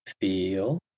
feel